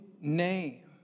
name